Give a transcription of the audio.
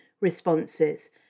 responses